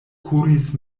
kuris